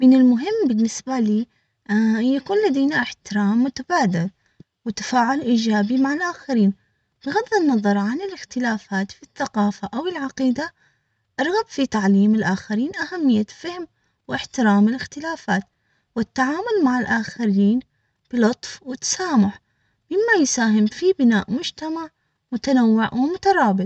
من المهم بالنسبة لي ان يكون لدينا احترام متبادل وتفاعل ايجابي مع الاخرين بغض النظر عن الاختلافات في الثقافة او العقيدة ارغب في تعليم الاخرين اهمية فهم واحترام الاختلافات والتعامل مع الاخرين بلطف وتسامح مما يساهم في بناء مجتمع متنوع ومترابط.